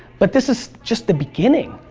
but this is just the beginning.